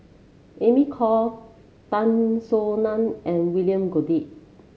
Amy Khor Tan Soo Nan and William Goode